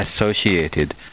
associated